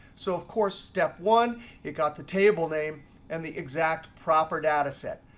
so of course, step one it got the table name and the exact proper data set.